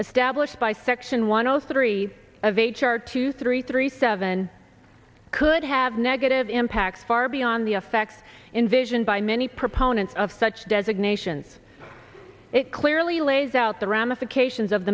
as stablished by section one o three of h r two three three seven could have negative impacts far beyond the effect in vision by many proponents of such designations it clearly lays out the ramifications of